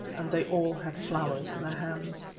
and they all had flowers in their hands.